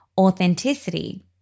authenticity